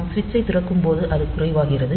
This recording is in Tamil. நாம் சுவிட்சைத் திறக்கும்போது அது குறைவாகிறது